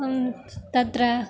तत्र